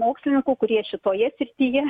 mokslininkų kurie šitoje srityje